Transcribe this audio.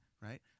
Right